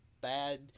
bad